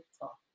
talk